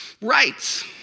rights